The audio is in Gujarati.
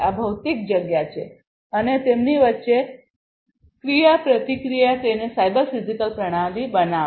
આ ભૌતિક જગ્યા છે અને તેમની વચ્ચે ક્રિયાપ્રતિક્રિયા તેને સાયબર ફિઝિકલ પ્રણાલી બનાવશે